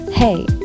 Hey